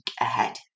ahead